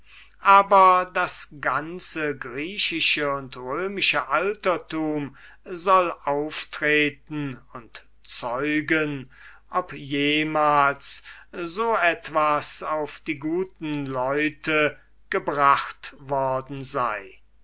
aber das ganze griechische und römische altertum soll auftreten und zeugen ob jemals so etwas auf die guten leute gebracht worden sei